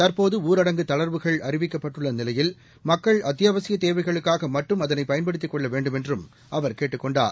தற்போது ஊரடங்கு தளா்வுகள் அறிவிக்கப்பட்டுள்ள நிலையில் மக்கள் அத்தியாவசிய தேவைகளுக்காக மட்டும் அதனை பயன்படுத்திக் கொள்ள வேண்டுமென்றும் அவர் கேட்டுக் கொண்டார்